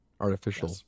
artificial